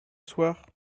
soir